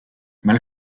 mal